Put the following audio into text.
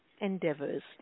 endeavors